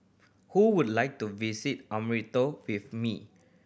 who would like to visit Antananarivo with me